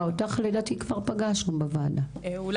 ככל